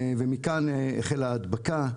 ומכאן החלה ההדבקה.